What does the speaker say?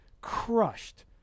crushed